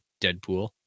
Deadpool